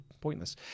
pointless